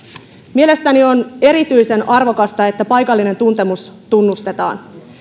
mielestäni on erityisen arvokasta että paikallinen tuntemus tunnustetaan